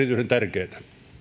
tärkeitä